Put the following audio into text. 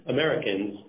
Americans